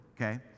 okay